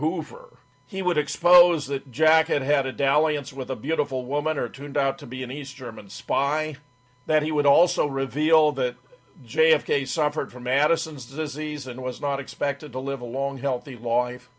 hoover he would expose that jacket had a dalliance with a beautiful woman or tuned out to be an east german spy that he would also reveal that j f k suffered from madison's disease and was not expected to live a long healthy life